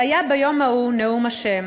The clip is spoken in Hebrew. "והיה ביום ההוא נאֻם ה'